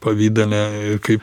pavidale ir kaip